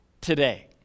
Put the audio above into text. today